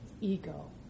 ego